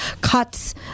cuts